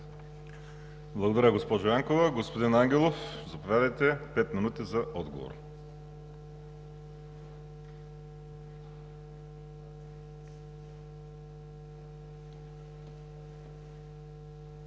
Благодаря, госпожо Янкова. Господин Ангелов, заповядайте – пет минути за отговор.